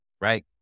right